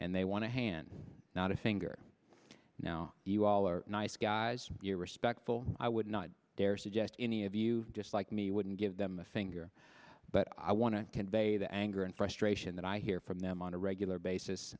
and they want to hand not a finger now you all are nice guys you're respectful i would not dare suggest any of you dislike me wouldn't give them the finger but i want to convey the anger and frustration that i hear from them on a regular basis